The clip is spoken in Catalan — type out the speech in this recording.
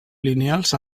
lineals